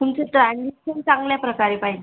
तुमचे ट्रान्जॅक्शन चांगल्या प्रकारे पाहिजे